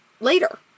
later